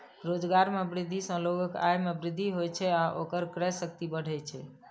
रोजगार मे वृद्धि सं लोगक आय मे वृद्धि होइ छै आ ओकर क्रय शक्ति बढ़ै छै